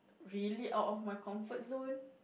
really out of my comfort zone